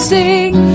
sing